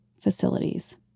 facilities